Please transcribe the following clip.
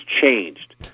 changed